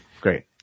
great